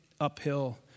uphill